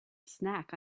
snack